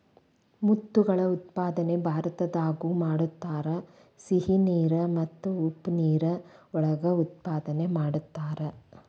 ಮುತ್ತುಗಳ ಉತ್ಪಾದನೆ ಭಾರತದಾಗು ಮಾಡತಾರ, ಸಿಹಿ ನೇರ ಮತ್ತ ಉಪ್ಪ ನೇರ ಒಳಗ ಉತ್ಪಾದನೆ ಮಾಡತಾರ